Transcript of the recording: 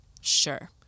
Sure